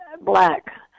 black